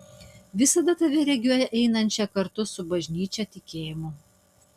visada tave regiu einančią kartu su bažnyčia tikėjimu